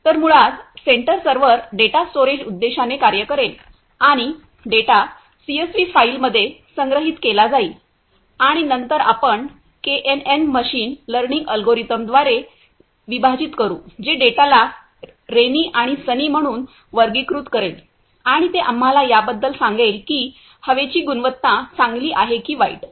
तर मुळात centre server data storage उद्देशाने कार्य करेल आणि डेटा सीएसव्ही फाईलमध्ये संग्रहित केला जाईल आणि नंतर आपण केएनएन मशीन लर्निंग अल्गोरिदम द्वारे विभाजित करू जे डेटाला रेनी आणि सनी म्हणून वर्गीकृत करेल आणि ते आम्हाला याबद्दल सांगेल की हवेची गुणवत्ता चांगली आहे की वाईट